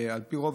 על פי רוב,